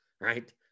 right